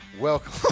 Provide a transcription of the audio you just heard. welcome